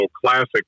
classic